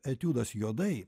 etiudas juodai